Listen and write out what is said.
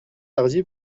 tardy